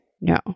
No